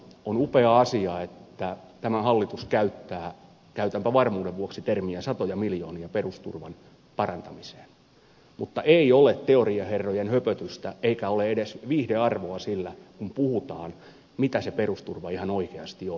on upea asia että tämä hallitus käyttää käytänpä varmuuden vuoksi tätä termiä satoja miljoonia perusturvan parantamiseen mutta ei ole teoriaherrojen höpötystä eikä ole edes viihdearvoa sillä kun puhutaan mitä se perusturva ihan oikeasti on